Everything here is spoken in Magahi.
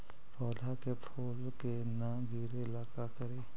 पौधा के फुल के न गिरे ला का करि?